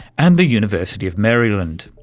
and the university of maryland.